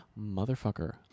motherfucker